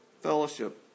fellowship